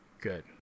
good